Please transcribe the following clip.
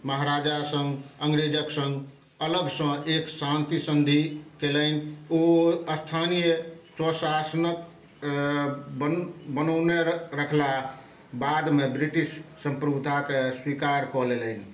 महाराजा सङ्ग अंग्रेजक सङ्ग अलगसँ एक शान्ति सन्धि कयलनि ओ स्थानीय स्वशासनक बनौने रखलाह बदलामे ब्रिटिश सम्प्रभुताके स्वीकार कऽ लेलनि